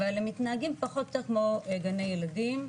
אבל הם מתנהגים פחות או יותר כמו גני ילדים,